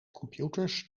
computers